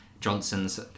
Johnson's